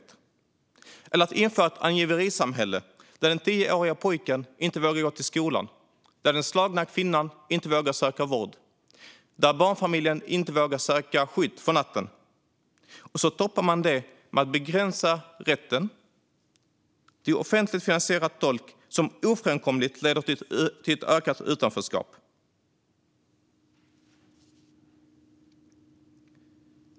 Ett fjärde exempel är införandet av ett angiverisamhälle, där den tioåriga pojken inte vågar gå till skolan, där den slagna kvinnan inte vågar söka vård och där barnfamiljen inte vågar söka skydd för natten. Allt detta toppar man med att begränsa rätten till offentligt finansierad tolk, vilket ofrånkomligt leder till ett ökat utanförskap.